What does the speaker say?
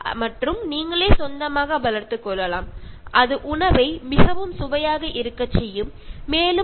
ഇതിലൂടെ നിങ്ങൾക്ക് സ്വന്തമായി കൃഷി ചെയ്തുണ്ടാക്കുന്ന ആഹാരം നല്ല രുചിയോടെ കഴിക്കാൻ സാധിക്കും